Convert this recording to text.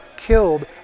killed